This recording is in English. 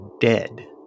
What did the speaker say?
dead